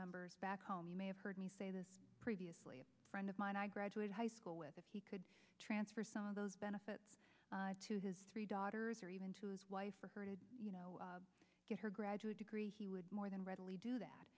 members back home you may have heard me say this previously a friend of mine i graduated high school with if he could transfer some of those benefits to his three daughters or even to his wife for her to get her graduate degree he would more than readily do